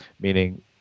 meaning